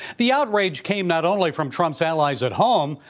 the outrage came not only from trump's allies at home,